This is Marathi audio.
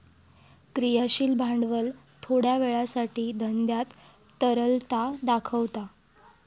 क्रियाशील भांडवल थोड्या वेळासाठी धंद्यात तरलता दाखवता